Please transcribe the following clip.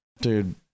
Dude